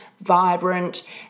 vibrant